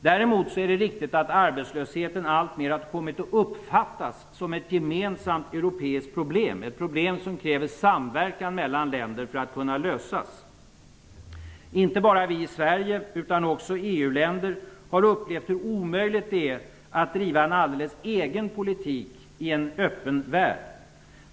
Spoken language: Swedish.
Däremot är det riktigt att arbetslösheten alltmer har kommit att uppfattas som ett gemensamt europeiskt problem, ett problem som kräver samverkan mellan länder för att kunna lösas. Inte bara Sverige utan också EU-länder har upplevt hur omöjligt det är att driva en alldeles egen politik i en öppen värld.